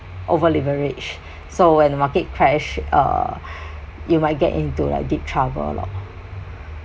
over leverage so when the market crash uh you might get into like deep trouble loh